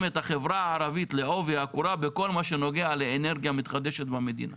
את החברה הערבית לעובי הקורה בכל מה שנוגע לאנרגיה מתחדשת במדינה.